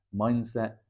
Mindset